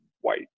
white